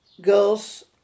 girls